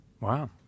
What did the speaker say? Wow